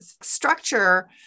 structure